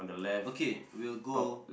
okay we'll go